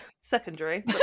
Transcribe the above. secondary